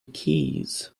keys